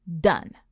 done